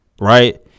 Right